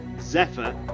Zephyr